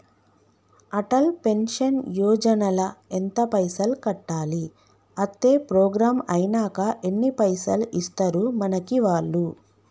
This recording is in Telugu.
అటల్ పెన్షన్ యోజన ల ఎంత పైసల్ కట్టాలి? అత్తే ప్రోగ్రాం ఐనాక ఎన్ని పైసల్ ఇస్తరు మనకి వాళ్లు?